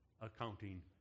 accounting